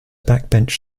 backbench